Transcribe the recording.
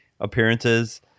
appearances